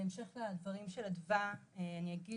בהמשך לדברים של אדווה אני אגיד